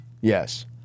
Yes